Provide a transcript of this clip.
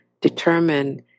determine